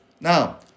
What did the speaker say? Now